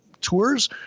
tours